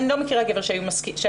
אני לא מכירה גבר שהיה מסכים,